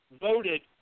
voted